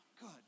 Good